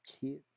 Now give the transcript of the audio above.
kids